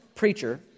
preacher